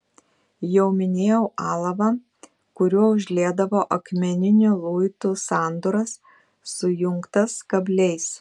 jau minėjau alavą kuriuo užliedavo akmeninių luitų sandūras sujungtas kabliais